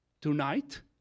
tonight